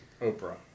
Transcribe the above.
Oprah